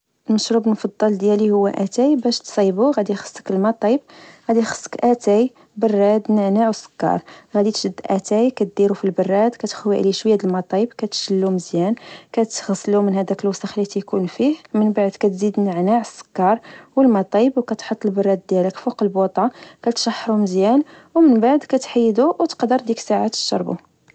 المشروب المفضل ديالي هو أتاي، باش تصايبو، غدي خصك الما طايب، غدي خصك أتاي، براد، نعناع، وسكر، غدي تشد أتاي كديرو في البراد، كتخوي عليه شوية الما طايب، كتشلو مزيان، كتغسلو من هداك الوسخ لتكون فيه، من بعد كتزيد نعناع سكر والما طايب، و كتحط البراد ديالك فوق البوطة، كتشحرو مزيان ، ومن بعد كتحيدو وتقدر ديك الساعات تشربو